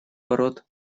ворот